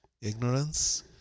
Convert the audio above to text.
ignorance